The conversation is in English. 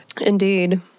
indeed